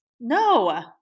no